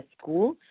school